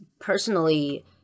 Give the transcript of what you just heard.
personally